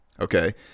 okay